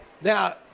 Now